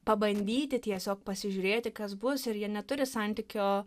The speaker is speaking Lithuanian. pabandyti tiesiog pasižiūrėti kas bus ir jie neturi santykio